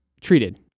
treated